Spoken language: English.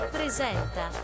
Presenta